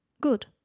Good